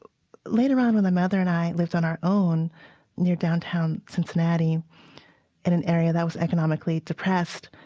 later on when my mother and i lived on our own near downtown cincinnati in an area that was economically depressed,